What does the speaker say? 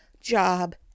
job